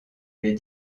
les